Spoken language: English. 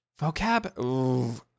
vocab